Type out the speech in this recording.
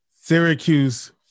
Syracuse